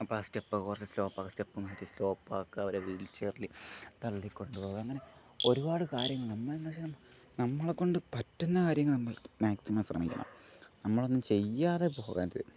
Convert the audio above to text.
അപ്പം ആ സ്റ്റെപ് കുറച്ച് സ്ലോപ്പ് ആക്കും സ്റ്റെപ്പ് മാറ്റി സ്ലോപ്പാക്കാൻ അവരെ വീൽചെയറിൽ തള്ളി കൊണ്ട് പോവുക അങ്ങനെ ഒരുപാട് കാര്യങ്ങൾ നമ്മൾ എന്താണെന്ന് വച്ചാൽ നമ്മളെക്കൊണ്ട് പറ്റുന്ന കാര്യങ്ങൾ നമ്മൾ മാക്സിമം ശ്രമിക്കണം നമ്മൾ ഒന്നും ചെയ്യാതെ പോകരുത്